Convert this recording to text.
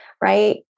Right